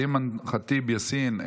אימאן ח'טיב יאסין,